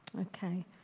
Okay